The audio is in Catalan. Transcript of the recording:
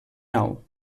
nou